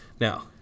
Now